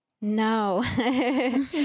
No